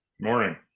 Morning